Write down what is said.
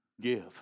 Give